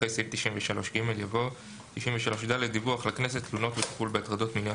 אחרי סעיף 93ג יבוא: "דיווח לכנסת תלונות וטיפול בהטרדות מיניות